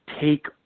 take